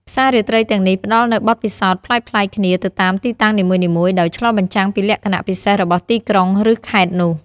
ផ្សាររាត្រីទាំងនេះផ្ដល់នូវបទពិសោធន៍ប្លែកៗគ្នាទៅតាមទីតាំងនីមួយៗ ដោយឆ្លុះបញ្ចាំងពីលក្ខណៈពិសេសរបស់ទីក្រុង ឬខេត្តនោះ។